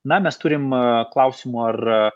na mes turim a klausimų ar